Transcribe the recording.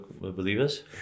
believers